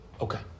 Okay